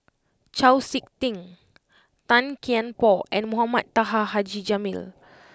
Chau Sik Ting Tan Kian Por and Mohamed Taha Haji Jamil